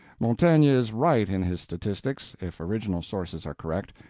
montaigne is right in his statistics, if original sources are correct,